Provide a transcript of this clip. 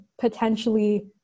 potentially